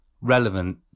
relevant